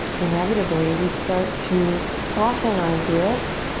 inevitably we start to soften our grip